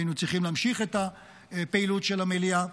היינו צריכים להמשיך את הפעילות של המליאה,